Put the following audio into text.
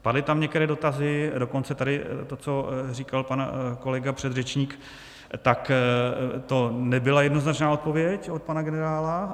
Padly tam některé dotazy, a dokonce tady to, co říkal pan kolega předřečník, tak to nebyla jednoznačná odpověď od pana generála.